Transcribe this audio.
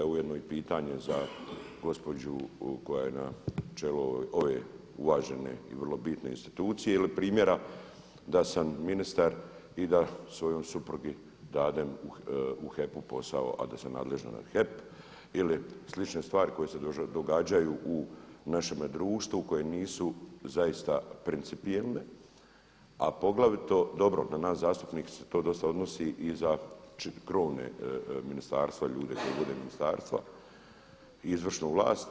Evo ujedno i pitanje za gospođu koja je na čelu ove uvažene i vrlo bitne institucije ili primjera da sam ministar i da svojoj suprugi dadem u HEP-u posao a da sam nadležan za HEP ili slične stvari koje se događaju u našem društvu u kojem nisu zaista principijelne, a poglavito dobro na nas zastupnike se to dosta odnosi i za krovna ministarstva, ljude koji vode ministarstva i izvršnu vlast.